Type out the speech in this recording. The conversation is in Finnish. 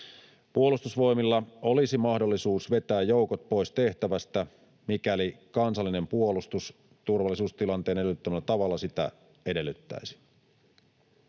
Puolustusvoimilla olisi mahdollisuus vetää joukot pois tehtävästä, mikäli kansallinen puolustus turvallisuustilanteen edellyttämällä tavalla sitä edellyttäisi.